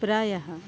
प्रायः